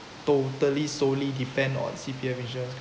totally solely depend on C_P_F insurance